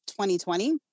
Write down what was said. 2020